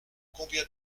combien